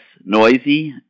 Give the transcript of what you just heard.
noisy